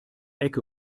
ecke